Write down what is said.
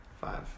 five